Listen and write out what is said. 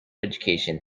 education